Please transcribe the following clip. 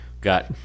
got